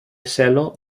celo